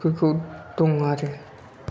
फोरखौ दं आरो